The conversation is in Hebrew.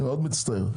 מאוד מצטער.